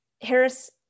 Harris